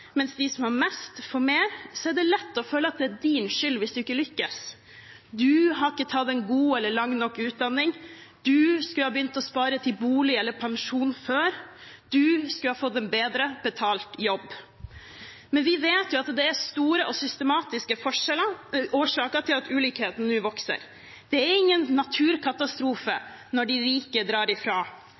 mens de som har mest får mer, er det lett å føle at det er din skyld hvis du ikke lykkes: Du har ikke tatt en god eller lang nok utdanning, du skulle ha begynt å spare til bolig eller pensjon før, du skulle ha fått en bedre betalt jobb. Men vi vet jo at det er store og systematiske årsaker til at ulikheten nå vokser. Det er ingen naturkatastrofe når de rike drar ifra.